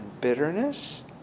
bitterness